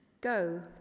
go